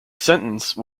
sentence